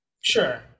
Sure